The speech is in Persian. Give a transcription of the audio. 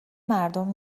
مردم